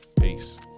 peace